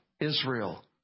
Israel